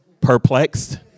perplexed